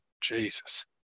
Jesus